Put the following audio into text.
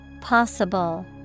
Possible